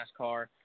NASCAR